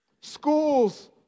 Schools